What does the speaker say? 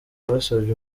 basabye